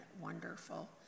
wonderful